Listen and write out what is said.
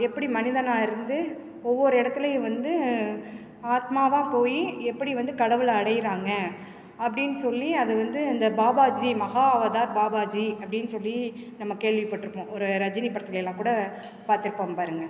எப்படி மனிதனாக இருந்து ஒவ்வொரு இடத்துலயும் வந்து ஆத்மாவாக போய் எப்படி வந்து கடவுளை அடைகிறாங்க அப்படின் சொல்லி அது வந்து இந்த பாபாஜி மஹா அவதார் பாபாஜி அப்படின் சொல்லி நம்ம கேள்விப்பட்டிருப்போம் ஒரு ரஜினி படத்துலேலாம் கூட பார்த்துருப்போம் பாருங்கள்